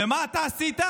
ומה אתה עשית?